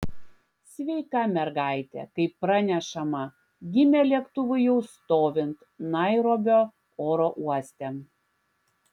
sveika mergaitė kaip pranešama gimė lėktuvui jau stovint nairobio oro uoste